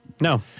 No